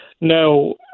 no